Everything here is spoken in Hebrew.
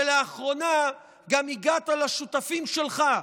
ולאחרונה גם הגעת לשותפים שלך,